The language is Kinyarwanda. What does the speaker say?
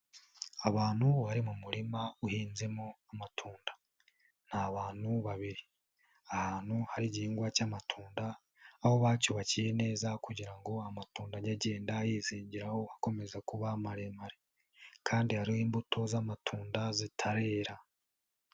Abantu bari mu murima uhinzemo amatunda ni bantu babiri, ahantu hari igihingwa cy'amatunda, aho bacyubakiye neza kugira ngo amatunda ajye agenda ayizingiraho akomeza kuba maremare kandi hariho imbuto z'amatunda zitarera.